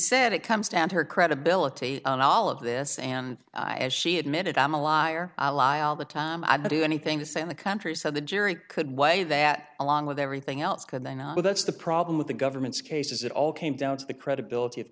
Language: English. said it comes down to her credibility on all of this and as she admitted i'm a lie or a lie all the time i do anything to save the country so the jury could weigh that along with everything else could they not but that's the problem with the government's case is it all came down to the credibility of